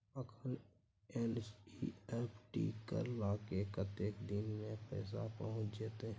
अखन एन.ई.एफ.टी करला से कतेक दिन में पैसा पहुँच जेतै?